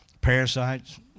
Parasites